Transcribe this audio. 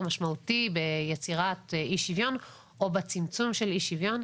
משמעותי ביצירת אי שוויון או בצמצום של אי שוויון.